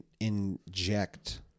inject